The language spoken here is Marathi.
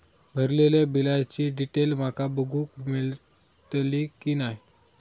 भरलेल्या बिलाची डिटेल माका बघूक मेलटली की नाय?